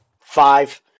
five